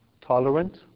tolerant